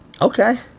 Okay